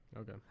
Okay